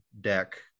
deck